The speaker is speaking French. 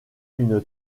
une